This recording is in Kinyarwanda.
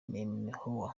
eisenhower